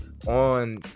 on